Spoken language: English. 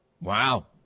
Wow